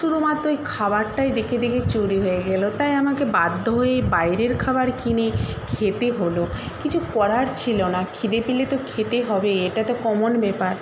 শুধুমাত্র ওই খাবারটাই দেখে দেখে চুরি হয়ে গেল তাই আমাকে বাধ্য হয়েই বাইরের খাবার কিনে খেতে হল কিছু করার ছিল না খিদে পেলে তো খেতে হবেই এটা তো কমন ব্যাপার